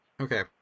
Okay